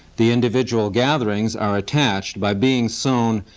the individual gatherings are attached by being sewn,